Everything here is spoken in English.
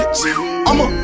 I'ma